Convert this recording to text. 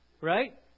right